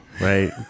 right